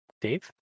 Dave